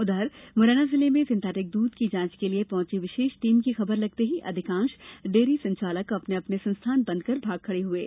उधर मुरैना जिले में सिथेटिंक दूध की जांच के लिये पहंची विशेष टीम की खबर लगते ही अधिकांश डेयरी संचालक अपने अपने संस्थान बंद कर भाग खडे हये